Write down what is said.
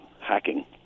hacking